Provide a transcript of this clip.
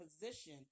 position